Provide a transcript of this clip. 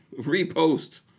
repost